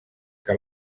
que